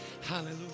Hallelujah